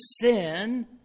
sin